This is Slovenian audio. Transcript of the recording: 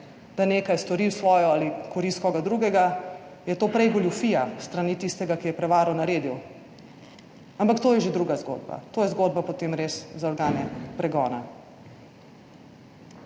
da nekaj stori v svojo ali korist koga drugega, je to prej goljufija s strani tistega, ki je prevaro naredil, ampak to je že druga zgodba. To je zgodba potem res za organe pregona.